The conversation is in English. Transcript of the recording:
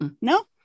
No